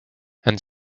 and